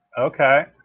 Okay